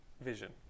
vision